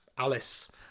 Alice